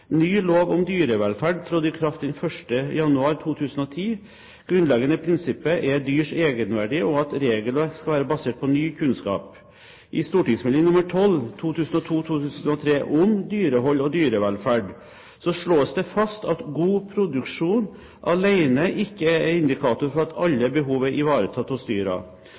Ny lov om dyrevelferd trådte i kraft den 1. januar 2010. Grunnleggende prinsipper er dyrs egenverdi, og at regelverk skal være basert på ny kunnskap. I St.meld. nr. 12 for 2002–2003 Om dyrehold og dyrevelferd slås det fast at god produksjon alene ikke er indikator for at alle behov er ivaretatt